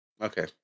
Okay